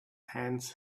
hands